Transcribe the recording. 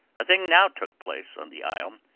a thing now took place on the isle,